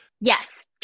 yes